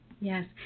Yes